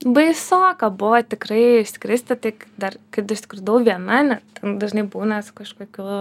baisoka buvo tikrai skristi tik dar kad išskridau viena ne ten dažnai būna su kažkokiu